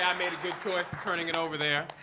yeah made a good choice turning it over there.